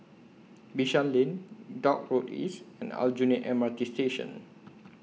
Bishan Lane Dock Road East and Aljunied M R T Station